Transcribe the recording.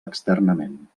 externament